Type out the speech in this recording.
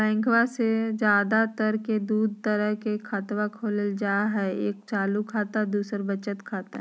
बैंकवा मे ज्यादा तर के दूध तरह के खातवा खोलल जाय हई एक चालू खाता दू वचत खाता